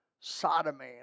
sodomy